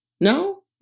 No